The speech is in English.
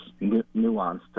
nuanced